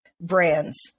brands